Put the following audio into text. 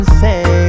say